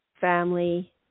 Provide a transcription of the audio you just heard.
family